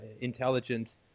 intelligent